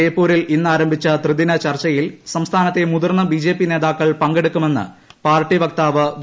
ജയ്പൂരിൽ ഇന്ന് ആരംഭിച്ച ത്രിദിന ചർച്ചയിൽ സംസ്ഥാനത്തെ മുതിർന്ന ബി ജെ പി നേതാക്കൾ പങ്കെടുക്കുമെന്ന് പാർട്ടി വക്താവ് വി